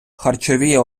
харчові